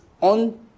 on